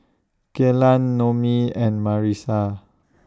Kelan Noemie and Marisa